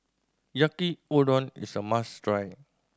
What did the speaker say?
Yaki Udon is a must try